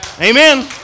Amen